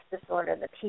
disorder